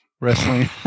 wrestling